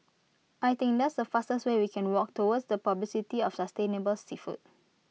I think that's the fastest way we can work towards the publicity of sustainable seafood